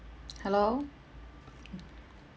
hello